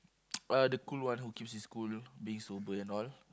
uh the cool one who keeps his cool being sober and all